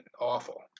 awful